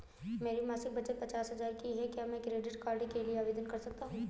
मेरी मासिक बचत पचास हजार की है क्या मैं क्रेडिट कार्ड के लिए आवेदन कर सकता हूँ?